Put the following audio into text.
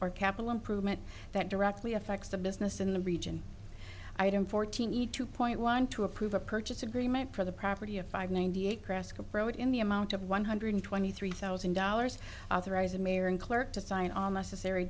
or capital improvement that directly affects the business in the region item fourteen need two point one to approve a purchase agreement for the property of five ninety eight prescott brought in the amount of one hundred twenty three thousand dollars authorized the mayor and clerk to sign all necessary